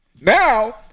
Now